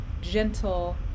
gentle